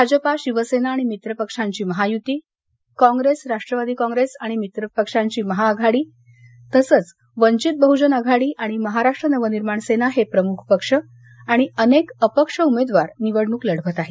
भाजपा शिवसेना आणि मित्र पक्षांची महायुती काँग्रेस राष्ट्रवादी काँग्रेस आणि मित्रपक्षांची महाआघाडी तसंच वंचित बहजन आघाडी आणि महाराष्ट्र नवनिर्माण सेना हे प्रमुख पक्ष आणि अनेक अपक्ष उमेदवार निवडणूक लढवत आहेत